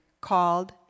called